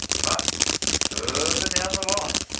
but further down the line,